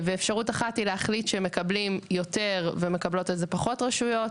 ואפשרות אחת היא להחליט שמקבלים יותר ומקבלות פחות רשויות,